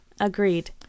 agreed